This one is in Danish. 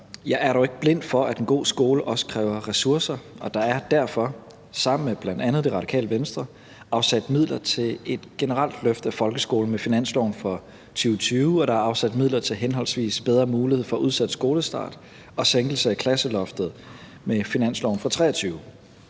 der er derfor, sammen med bl.a. Radikale Venstre, afsat midler til et generelt løft af folkeskolen med finansloven for 2020, og der er afsat midler til henholdsvis bedre mulighed for udsat skolestart og sænkelse af klasseloftet med finansloven for 2023.